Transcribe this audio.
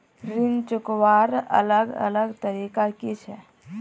ऋण चुकवार अलग अलग तरीका कि छे?